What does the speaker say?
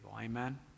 Amen